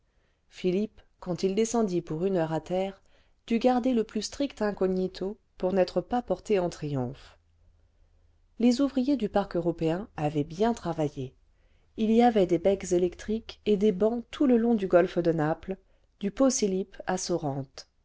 philippe quand il descendit pour une heure à terre dut garder le plus strict incognito pour n'être pas porté en triomphe les ouvriers du parc européen avaient bien travaillé il y avait des becs électriques et des bancs tout le long du golfe de naples du pausilippe à